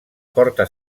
porta